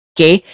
Okay